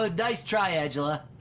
ah nice try, angela,